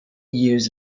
years